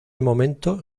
momento